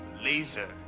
laser